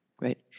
right